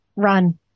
run